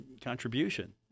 contribution